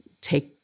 take